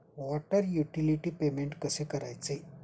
Water utility payment कसे करायचे?